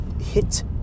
hit